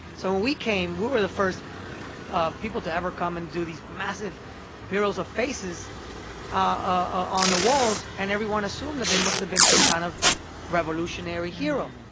so when we came, we were the first people to ever come and do these massive murals of faces on the walls. and everyone assumed that they must have been some kind of revolutionary hero.